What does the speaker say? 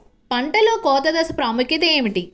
పంటలో కోత దశ ప్రాముఖ్యత ఏమిటి?